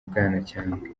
bwanacyambwe